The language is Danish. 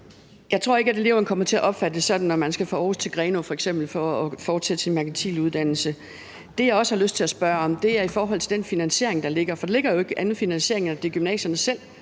Jeg tror ikke, at eleverne kommer til at opfatte det sådan, når man f.eks. skal fra Aarhus til Grenaa for at fortsætte sin merkantile uddannelse. Det, jeg også har lyst til at spørge om, er i forhold til den finansiering, der ligger. For der ligger jo ikke anden finansiering, end at det er gymnasierne selv,